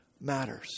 matters